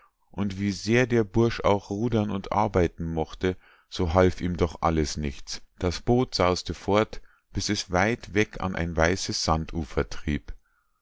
und wie sehr der bursch auch rudern und arbeiten mochte so half ihm doch alles nichts das boot saus'te fort bis es weit weg an ein weißes sandufer trieb